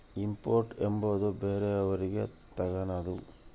import ಎಂಬುವುದು ಬೇರೆಯವರಿಂದ ತಗನದು